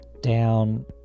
down